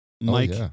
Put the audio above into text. Mike